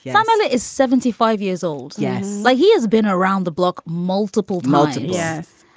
yeah um and is seventy five years old. yes. like he has been around the block. multiple. multiple, yes.